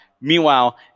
Meanwhile